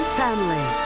family